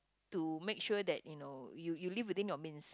to make sure that you know you you live within your means